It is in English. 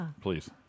Please